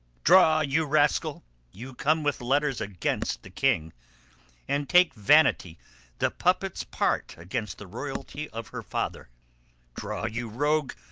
draw, you rascal you come with letters against the king and take vanity the puppet's part against the royalty of her father draw, you rogue,